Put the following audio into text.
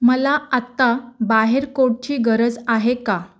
मला आत्ता बाहेर कोटची गरज आहे का